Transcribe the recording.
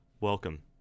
welcome